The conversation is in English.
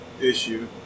issue